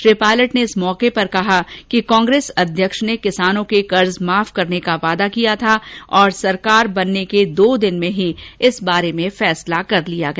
श्री पायलट ने इस अवसर पर कहा कि कांग्रेस अध्यक्ष ने किसानों के कर्ज माफ करने का वादा किया था और सरकार बनने के दो दिन में ही इस बारे में फैसला कर लिया गया